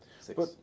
six